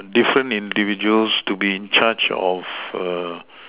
different individuals to be in charge of